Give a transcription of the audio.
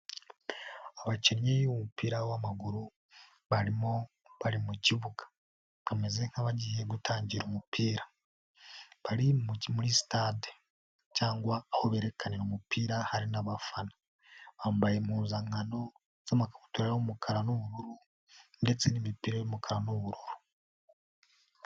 Abakinnyi b'umupira w'amaguru, barimo bari mu kibuga. Bameze nk'abagiye gutangira umupira. Bari muri sitade cyangwa aho berekanira umupira hari n'abafana. Bambaye impuzankano z'amakabutura y'umukara n'ubururu ndetse n'imipira y'umukara n'uburu.